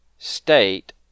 State